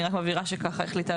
אני רק מבהירה שהוועדה החליטה,